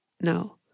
no